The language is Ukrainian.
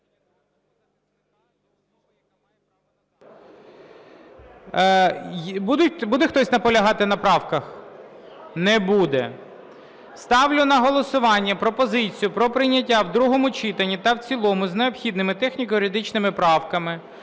Буде хтось наполягати на правках? Не буде. Ставлю на голосування пропозицію про прийняття в другому читанні та в цілому з необхідними техніко-юридичними правками